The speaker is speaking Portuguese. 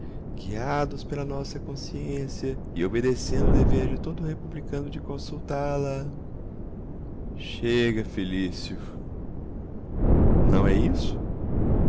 guiados pela nossa consciência e obedecendo o dever de todo republicano de consultá-la chega felício não é isso